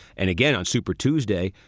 and again, on super tuesday.